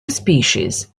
species